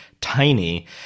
tiny